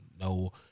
no